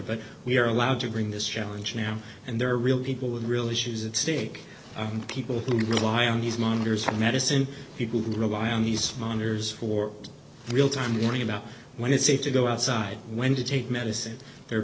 but we are allowed to bring this challenge now and there are real people with real issues at stake people who rely on these monitors and medicine people who rely on these monitors for real time warning about when it's safe to go outside when to take medicine there are